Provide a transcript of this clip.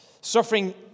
Suffering